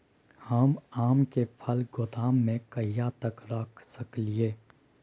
हम आम के फल गोदाम में कहिया तक रख सकलियै?